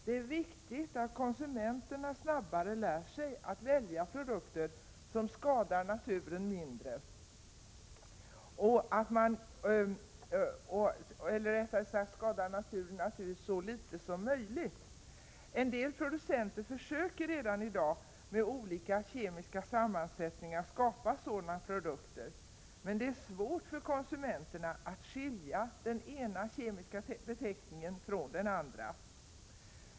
Det är viktigt att konsumenterna snabbare lär sig att välja produkter som skadar naturen så litet som möjligt. En del producenter försöker redan i dag med olika kemiska sammansättningar att skapa sådana produkter, men det är svårt för konsumenterna att skilja den ena kemiska beteckningen från den andra.